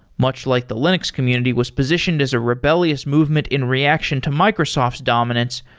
much like the linux community was positioned as a rebellious movement in reaction to microsoft's dominance,